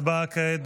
הצבעה כעת.